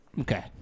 Okay